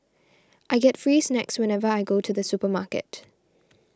I get free snacks whenever I go to the supermarket